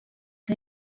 que